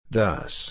Thus